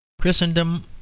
christendom